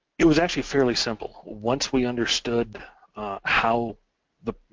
it was actually fairly simple, once we understood how the